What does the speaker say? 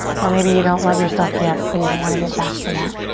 or maybe you don't love yourself yet, but you want to get back to that.